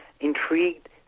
Intrigued